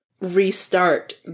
restart